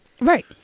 Right